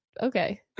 Okay